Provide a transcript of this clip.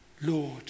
Lord